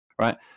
right